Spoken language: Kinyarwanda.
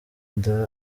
ndi